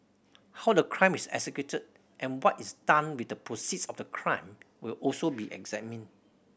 how the crime is executed and what is done with the proceeds of the crime will also be examined